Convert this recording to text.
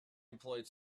employed